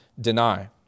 deny